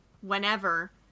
whenever